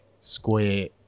Square